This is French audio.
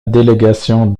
délégation